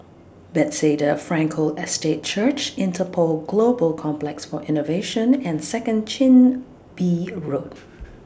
Bethesda Frankel Estate Church Interpol Global Complex For Innovation and Second Chin Bee Road